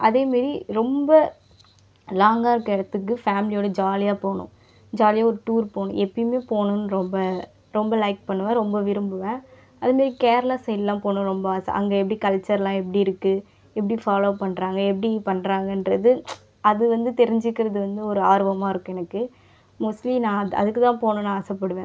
அதேமாதிரி ரொம்ப லாங்கா இருக்க இடத்துக்கு ஃபேமிலியோட ஜாலியாக போகணும் ஜாலியாக ஒரு டூர் போகணும் எப்பவுமே போகணுன்னு ரொம்ப ரொம்ப லைக் பண்ணுவேன் ரொம்ப விரும்புவேன் அது மாதிரி கேரளா சைடுலாம் போகணும்னு ரொம்ப ஆசை அங்கே எப்படி கல்ச்சர்லாம் எப்படி இருக்குது எப்படி ஃபாலோ பண்றாங்க எப்படி பண்றாங்கன்றது அது வந்து தெரிஞ்சுக்கிறது வந்து ஒரு ஆர்வமாக இருக்கும் எனக்கு மோஸ்ட்லி நான் அத் அதுக்கு தான் போகணும்னு ஆசைப்படுவேன்